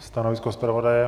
Stanovisko zpravodaje?